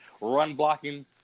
run-blocking